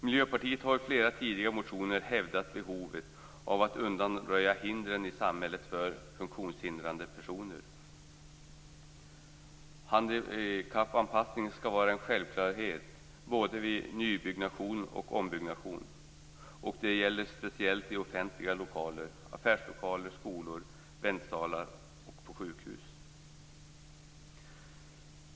Miljöpartiet har i flera tidigare motioner hävdat behovet av att undanröja hindren i samhället för funktionshindrade personer. Handikappanpassning skall vara en självklarhet, både vid nybyggnation och ombyggnation. Det gäller speciellt i offentliga lokaler, affärslokaler, skolor, väntsalar och sjukhus.